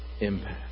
impact